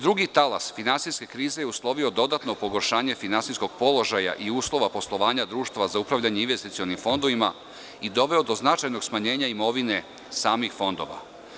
Drugi talas finansijske krize je uslovio dodatno pogoršanje finansijskog položaja i uslova poslovanja društava za upravljanje investicionim fondovima i doveo do značajnog smanjenja imovine samih fondova.